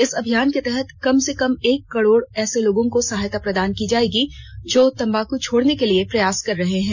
इस अभियान के तहत कम से कम एक करोड़ ऐसे लोगों को सहायता प्रदान की जाएगी जो तम्बाक छोडने के लिए प्रयास कर रहे हैं